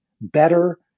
better